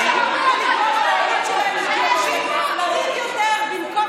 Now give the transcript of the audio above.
ולגרום לילדים שלהם לריב יותר במקום